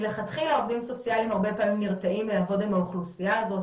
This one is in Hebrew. מלכתחילה עובדים סוציאליים הרבה פעמים נרתעים לעבוד עם האוכלוסייה הזאת,